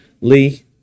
Lee